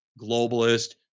globalist